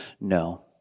no